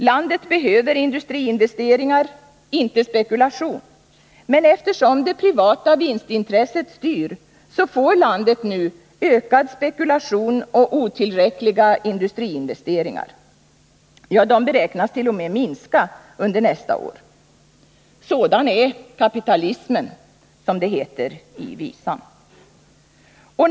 Landet behöver industriinvesteringar, inte spekulation, men eftersom det privata vinstintresset styr, får landet nu ökad spekulation och otillräckliga industriinvesteringar. Ja, dessa beräknas t.o.m. minska under nästa år. Sådan är kapitalismen, som det heter i visan.